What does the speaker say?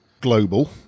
Global